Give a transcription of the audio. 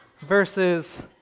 versus